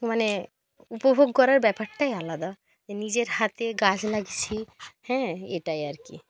মানে উপভোগ করার ব্যাপারটাই আলাদা যে নিজের হাতে গাছ লাগিয়েছি হ্যাঁ এটাই আর কি